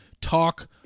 talk